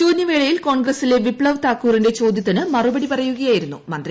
ശൂന്യവേളയിൽ കോൺഗ്രസിലെ വിപ്തവ് താക്കൂറിന്റെ ചോദൃത്തിന് മറുപടി പറയുകയായിരുന്നു മന്ത്രി